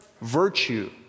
virtue